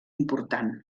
important